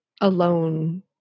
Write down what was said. alone